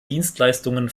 dienstleistungen